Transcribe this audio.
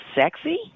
sexy